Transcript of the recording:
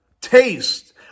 taste